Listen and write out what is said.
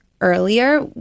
earlier